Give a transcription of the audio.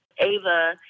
Ava